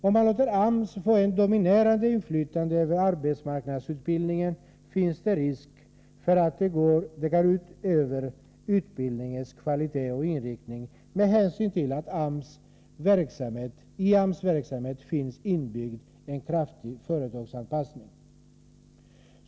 Om man låter AMS få ett dominerande inflytande över arbetsmarknadsutbildningen finns det risk för att det går ut över utbildningens kvalitet och inriktning, med hänsyn till att det i AMS verksamhet finns inbyggd en kraftig företagsanpassning.